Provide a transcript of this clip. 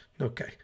Okay